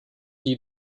die